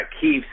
keeps